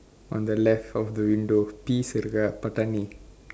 on the left of the window peas இருக்கா பட்டாணி:irukkaa patdaani